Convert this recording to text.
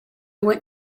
went